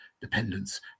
dependence